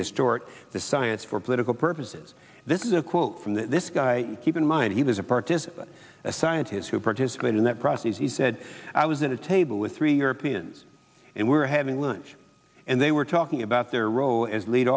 distort the science for political purposes this is a quote from this guy keep in mind he was a participant a scientists who participate in that process he said i was at a table with three europeans and we're having lunch and they were talking about their role as lead